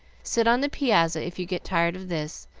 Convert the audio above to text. sit on the piazza if you get tired of this,